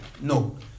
No